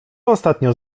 ostatnio